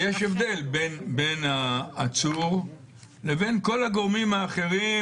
יש הבדל בין העצור לבין כל הגורמים האחרים